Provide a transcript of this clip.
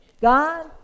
God